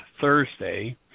Thursday